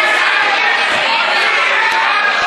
חצוף.